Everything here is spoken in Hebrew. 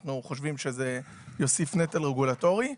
אנו חושבים שזה יוסיף נטל רגולטורי.